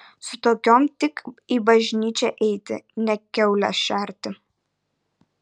su tokiom tik į bažnyčią eiti ne kiaules šerti